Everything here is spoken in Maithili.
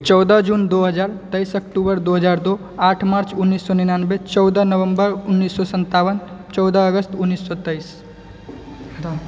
चौदह जून दू हजार तेइस अक्टूबर दू हजार दू आठ मार्च उन्नीस सए निनानबे चौदह नवम्बर उन्नीस सए सन्तावन चौदह अगस्त उन्नीस सए तेइस